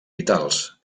vitals